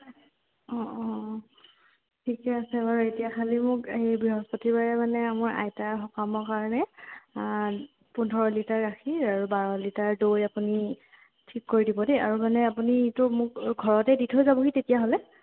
অঁ অঁ ঠিকে আছে বাৰু এতিয়া খালি মোক এই বৃহস্পতিবাৰে মানে আমাৰ আইতাৰ সকামৰ কাৰণে পোন্ধৰ লিটাৰ গাখীৰ আৰু বাৰ লিটাৰ দৈ আপুনি ঠিক কৰি দিব দেই আৰু মানে আপুনি এইটো মোক ঘৰতে দি থৈ যাবহি তেতিয়াহ'লে